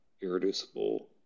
irreducible